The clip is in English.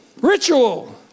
Ritual